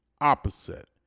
opposite